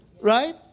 Right